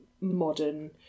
modern